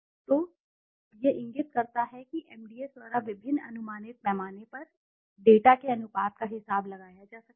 तो यह इंगित करता है कि एमडीएस द्वारा विभिन्न अनुमानित पैमाने पर डेटा के अनुपात का हिसाब लगाया जा सकता है